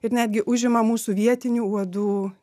ir netgi užima mūsų vietinių uodų